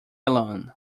alone